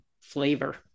flavor